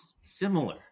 similar